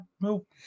Nope